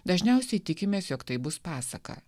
dažniausiai tikimės jog tai bus pasaka